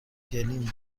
گلیم